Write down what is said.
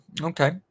Okay